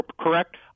correct